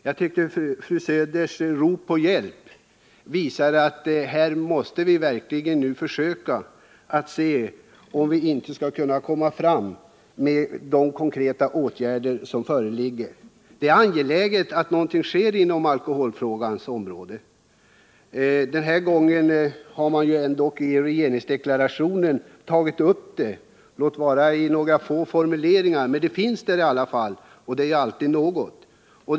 Jag tyckte att fru Söders rop på hjälp visade att vi här verkligen måste försöka komma fram med konkreta åtgärder. Det är angeläget att någonting sker inom alkoholfrågans område. Den här gången har den tagits upp i regeringsdeklarationen, låt vara i några få formuleringar, men den finns där i alla fall, och det är ju alltid något.